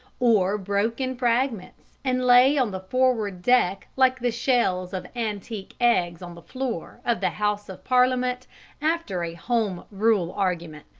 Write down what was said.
or broke in fragments and lay on the forward deck like the shells of antique eggs on the floor of the house of parliament after a home rule argument.